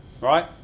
right